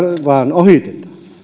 vain